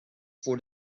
for